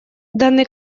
данной